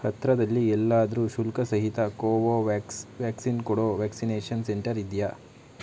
ಹತ್ತಿರದಲ್ಲಿ ಎಲ್ಲಾದರೂ ಶುಲ್ಕಸಹಿತ ಕೋವೋವ್ಯಾಕ್ಸ್ ವ್ಯಾಕ್ಸಿನ್ ಕೊಡೊ ವ್ಯಾಕ್ಸಿನೇಷನ್ ಸೆಂಟರ್ ಇದೆಯಾ